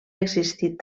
existit